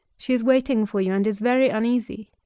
she is waiting for you, and is very uneasy.